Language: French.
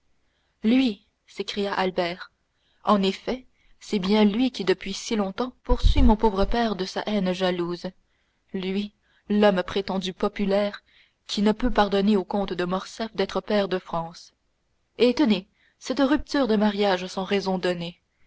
lui s'écria albert en effet c'est bien lui qui depuis si longtemps poursuit mon pauvre père de sa haine jalouse lui l'homme prétendu populaire qui ne peut pardonner au comte de morcerf d'être pair de france et tenez cette rupture de mariage sans raison donnée